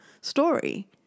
story